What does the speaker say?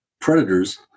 predators